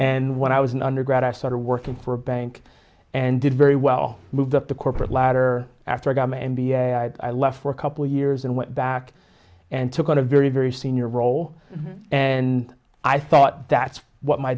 and when i was an undergrad i started working for a bank and did very well moved up the corporate ladder after i got my m b a i left for a couple years and went back and took on a very very senior role and i thought that's what my